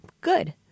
good